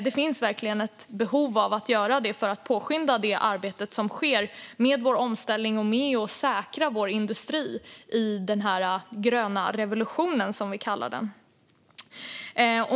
Det finns verkligen ett behov av att göra det för att påskynda det arbete som sker med vår omställning och med att säkra vår industri i den här gröna revolutionen, som vi kallar den.